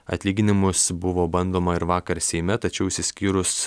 atlyginimus buvo bandoma ir vakar seime tačiau išsiskyrus